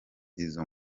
izo